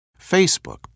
Facebook